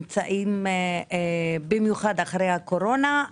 במיוחד אחרי הקורונה,